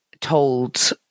told